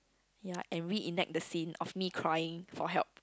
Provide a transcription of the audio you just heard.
ya and re-enact the scene of me crying for help